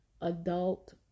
adult